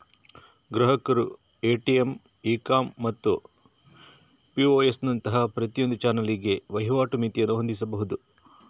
ಗ್ರಾಹಕರು ATM, e com ಮತ್ತು POS ನಂತಹ ಪ್ರತಿಯೊಂದು ಚಾನಲಿಗೆ ವಹಿವಾಟು ಮಿತಿಯನ್ನು ಹೊಂದಿಸಬಹುದು